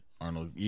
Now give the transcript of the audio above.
Arnold